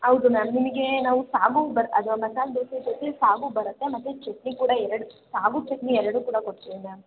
ಹೌದು ಮ್ಯಾಮ್ ನಿಮಗೆ ನಾವು ಸಾಗು ಬರ್ ಅದು ಮಸಾಲೆ ದೋಸೆ ಜೊತೆ ಸಾಗು ಬರುತ್ತೆ ಮತ್ತು ಚಟ್ನಿ ಕೂಡ ಎರಡೂ ಸಾಗು ಚಟ್ನಿ ಎರಡೂ ಕೂಡ ಕೊಡ್ತೀವಿ ಮ್ಯಾಮ್